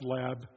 lab